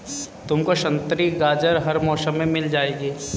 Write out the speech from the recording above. तुमको संतरी गाजर हर मौसम में मिल जाएगी